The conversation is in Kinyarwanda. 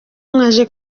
mwaje